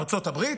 ארצות הברית,